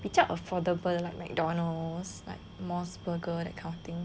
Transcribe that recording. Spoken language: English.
比较 affordable like McDonald's like MOS Burger that kind of thing